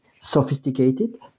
sophisticated